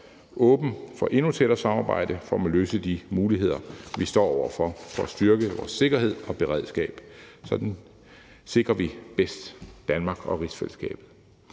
åben for et endnu tættere samarbejde om at finde løsninger i forhold til de muligheder, vi står over for, for at styrke vores sikkerhed og beredskab. Sådan sikrer vi bedst Danmark og rigsfællesskabet.